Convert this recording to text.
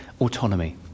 autonomy